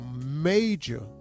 major